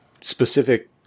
specific